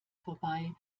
vorbei